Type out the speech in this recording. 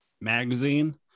Magazine